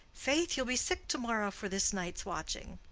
faith, you'll be sick to-morrow for this night's watching.